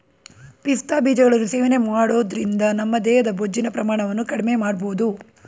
ಪಿಸ್ತಾ ಬೀಜಗಳನ್ನು ಸೇವನೆ ಮಾಡೋದ್ರಿಂದ ನಮ್ಮ ದೇಹದ ಬೊಜ್ಜಿನ ಪ್ರಮಾಣವನ್ನು ಕಡ್ಮೆಮಾಡ್ಬೋದು